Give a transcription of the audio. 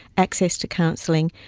access to counselling,